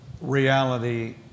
Reality